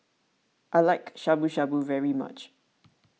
I like Shabu Shabu very much